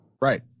Right